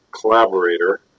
collaborator